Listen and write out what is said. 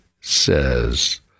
says